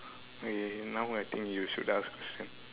okay now I think you should ask question